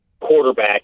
quarterback